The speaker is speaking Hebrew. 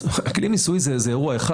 כלי מיסויי זה אירוע אחד.